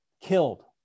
killed